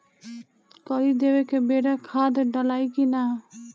कली देवे के बेरा खाद डालाई कि न?